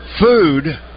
food